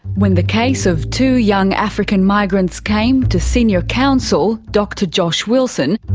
when the case of two young african migrants came to senior counsel dr josh wilson,